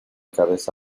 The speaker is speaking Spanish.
cabeza